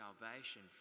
salvation